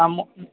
ಹಾಂ